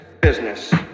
Business